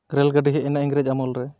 rail ᱜᱟᱹᱰᱤ ᱦᱮᱡ ᱮᱱᱟ ᱤᱝᱨᱮᱡᱽ ᱟᱢᱚᱞ ᱨᱮ